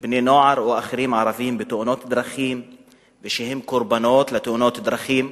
בני-נוער או של ערבים בתאונות דרכים וכקורבנות לתאונות דרכים.